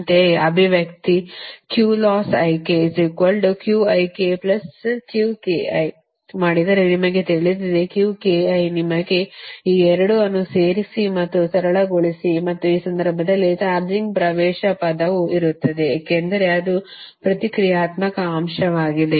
ಅಂತೆಯೇ ಅಭಿವ್ಯಕ್ತಿ ಮಾಡಿದರೆ ನಿಮಗೆ ತಿಳಿದಿದೆ Q ki ನಿಮಗೆ ಈ 2 ಅನ್ನು ಸೇರಿಸಿ ಮತ್ತು ಸರಳಗೊಳಿಸಿ ಮತ್ತು ಈ ಸಂದರ್ಭದಲ್ಲಿ ಚಾರ್ಜಿಂಗ್ ಪ್ರವೇಶ ಪದವು ಇರುತ್ತದೆ ಏಕೆಂದರೆ ಅದು ಪ್ರತಿಕ್ರಿಯಾತ್ಮಕ ಅಂಶವಾಗಿದೆ